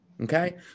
Okay